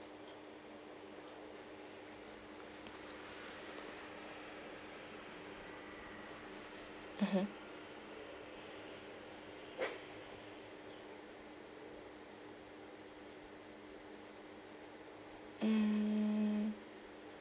mmhmm mm